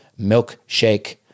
milkshake